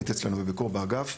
היית אצלנו בביקור באגף.